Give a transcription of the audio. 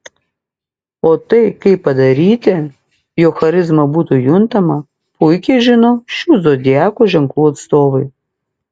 o tai kaip padaryti jog charizma būtų juntama puikiai žino šių zodiako ženklų atstovai